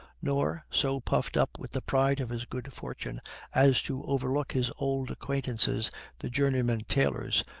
nor so puffed up with the pride of his good fortune as to overlook his old acquaintances the journeymen tailors,